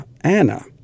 Anna